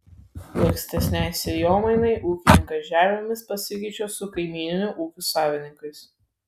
lankstesnei sėjomainai ūkininkas žemėmis pasikeičia su kaimyninių ūkių savininkais